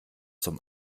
zum